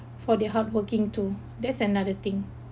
for their hardworking too that's another thing